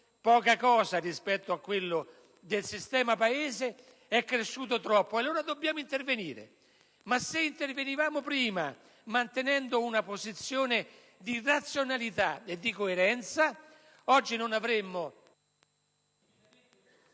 poca cosa rispetto a quello del sistema Paese - è cresciuto troppo ed allora dobbiamo intervenire. Se fossimo intervenuti prima, mantenendo una posizione di razionalità e di coerenza, oggi non